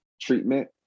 treatment